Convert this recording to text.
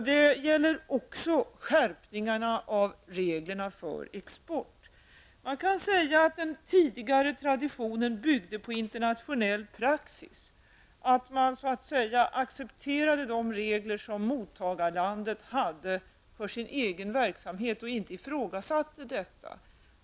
Det gäller också skärpningarna av reglerna för export. Man kan säga att den tidigare traditionen byggde på internationell praxis, dvs. att man accepterade de regler som mottagarlandet hade för sin egenverksamhet och inte ifrågasatte detta.